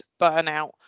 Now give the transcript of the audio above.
burnout